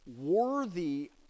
worthy